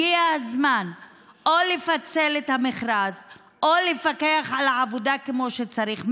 הגיע הזמן או לפצל את המכרז או לפקח על העבודה כמו שצריך.